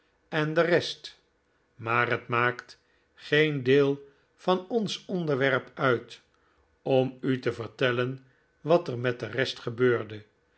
en de rest maar het maakt geen deel van ons onderwerp uit om u te vertellen wat er met de rest gebeurde